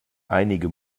einige